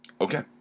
Okay